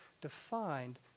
defined